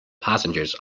passengers